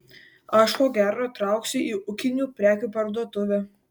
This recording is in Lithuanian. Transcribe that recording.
aš ko gero trauksiu į ūkinių prekių parduotuvę